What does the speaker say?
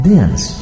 Dance